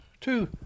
two